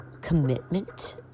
commitment